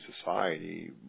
society